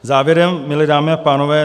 Závěrem, milé dámy a pánové.